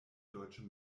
deutsche